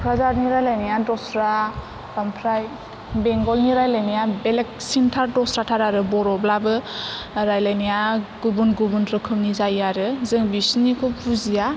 कक्राझारनि रायलायनाया दस्रा ओमफ्राय बेंगलनि रायलायनाया बेलेगसिन थार दस्राथार आरो बर'ब्लाबो रायलायनाया गुबुन गुबुन रोखोमनि जायो आरो जों बिसोरनिखौ बुजिया